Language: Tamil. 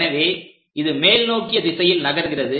எனவே இது மேல் நோக்கிய திசையில் நகர்கிறது